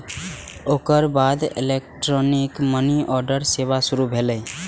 ओकर बाद electronic money order सेवा शुरू भेलै